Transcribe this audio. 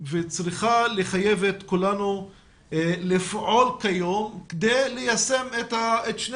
וצריכה לחייב את כולנו לפעול כדי ליישם את שני